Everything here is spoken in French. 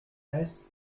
reiss